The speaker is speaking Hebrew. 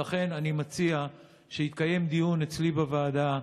ולכן אני מציע שיתקיים דיון אצלי בוועדה,